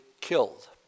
killed